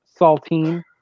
saltine